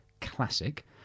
classic